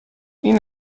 این